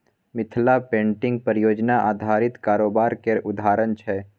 Mithila painting परियोजना आधारित कारोबार केर उदाहरण छै